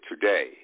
today